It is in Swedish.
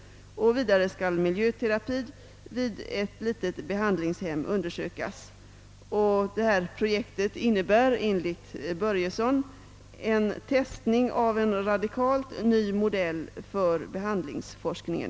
Vidare skall miljöterapin vid ett litet behandlingshem undersökas. Detta projekt innebär bl.a., enligt Bengt Börjesson, »en testning av en radikalt ny modell för behandlingsforskningen».